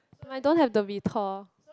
I don't have the retort